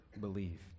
believe